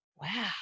wow